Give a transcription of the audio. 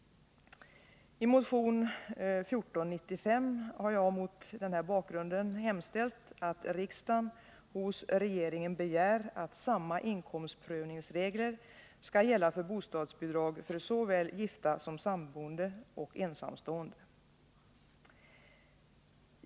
I motion 1495 har jag mot denna bakgrund hemställt att riksdagen hos regeringen begär att samma inkomstprövningsregler skall gälla för bostadsbidrag för såväl gifta som samboende och ensamstående.